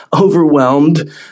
overwhelmed